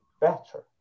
better